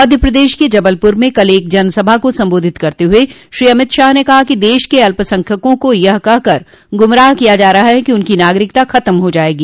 मध्य प्रदेश के जबलपुर में कल एक जनसभा को संबोधित करते हुए श्री अमित शाह ने कहा कि देश के अल्पसंख्यकों को यह कहकर गुमराह किया जा रहा है कि उनकी नागरिकता खत्म हो जाएगी